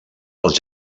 pels